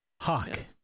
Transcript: hawk